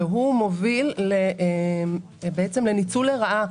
והוא מוביל לניצול לרעה.